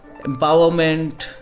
empowerment